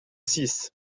six